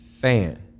fan